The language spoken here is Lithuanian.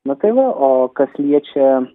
nu tai va o kas liečia